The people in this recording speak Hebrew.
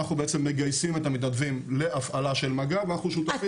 אנחנו בעצם מגייסים את המתנדבים להפעלה של מג"ב ואנחנו שותפים.